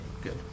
good